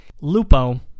Lupo